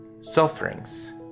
sufferings